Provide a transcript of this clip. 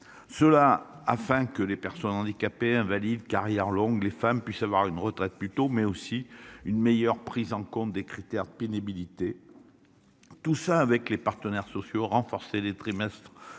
Cela afin que les personnes handicapées invalides carrières longues les femmes puissent avoir une retraite plus tôt mais aussi une meilleure prise en compte des critères de pénibilité. Tout ça avec les partenaires sociaux renforcer les trimestres.